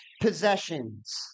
possessions